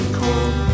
cold